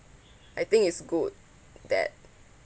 I think it's good that